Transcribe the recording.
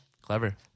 Clever